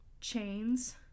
chains